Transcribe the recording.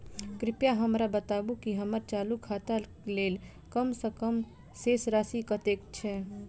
कृपया हमरा बताबू की हम्मर चालू खाता लेल कम सँ कम शेष राशि कतेक छै?